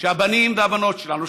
שהבנים והבנות שלנו,